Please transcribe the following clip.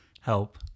Help